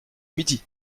midi